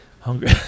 Hungry